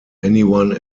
anyone